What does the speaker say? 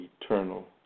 eternal